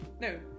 No